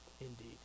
indeed